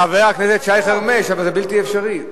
חבר הכנסת שי חרמש, אבל זה בלתי אפשרי.